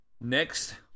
Next